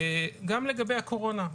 גם לגבי הקורונה,